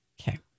Okay